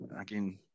Again